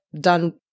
done